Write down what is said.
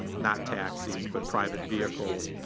not taxis, but private vehicles,